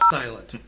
silent